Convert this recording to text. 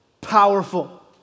powerful